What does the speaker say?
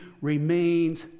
remains